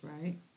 right